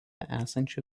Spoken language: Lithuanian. esančių